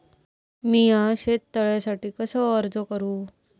मीया शेत तळ्यासाठी कसो अर्ज करू?